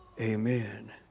Amen